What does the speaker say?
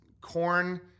corn